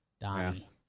Donnie